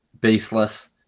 baseless